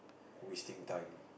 wasting time